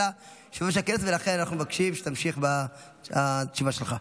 לכן אנחנו מבקשים שתמשיך בתשובה שלך.